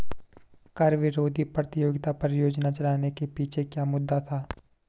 कर विरोधी प्रतियोगिता परियोजना चलाने के पीछे क्या मुद्दा था?